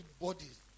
bodies